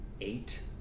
eight